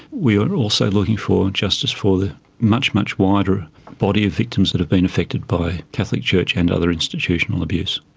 we are also looking for justice for the much, much wider body of victims that have been affected by catholic church and other institutional abuse,